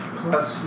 plus